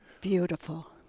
beautiful